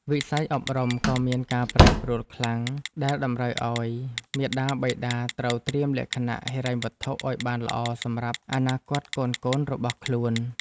វិស័យអប់រំក៏មានការប្រែប្រួលខ្លាំងដែលតម្រូវឱ្យមាតាបិតាត្រូវត្រៀមលក្ខណៈហិរញ្ញវត្ថុឱ្យបានល្អសម្រាប់អនាគតកូនៗរបស់ខ្លួន។